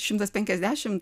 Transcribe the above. šimtas penkiasdešimt